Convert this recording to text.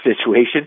situation